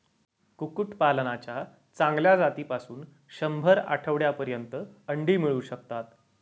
कुक्कुटपालनाच्या चांगल्या जातीपासून शंभर आठवड्यांपर्यंत अंडी मिळू शकतात